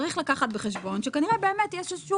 צריך לקחת בחשבון שכנראה באמת יש...